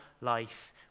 life